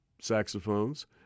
saxophones